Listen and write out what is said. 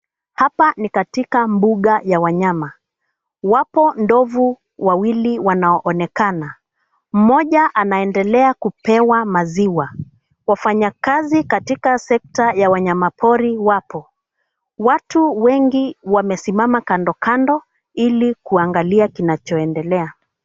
Hapa ni katika mbuga la wanyama. Wapo ndovu wawili wanaoonekana. Mmoja anaendelea kupewa maziwa. Wafanyakazi katika sekta ya wanyama pori wapo. Watu wengi wamesimama kandokando ili kuangalia kinachoendelea.